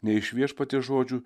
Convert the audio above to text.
nei iš viešpaties žodžių